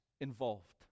involved